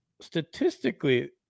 statistically